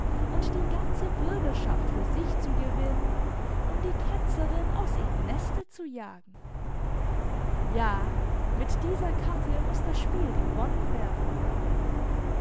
und die ganze bürgerschaft für sich zu gewinnen um die ketzerin aus ihrem neste zu jagen ja mit dieser karte muß das spiel gewonnen werden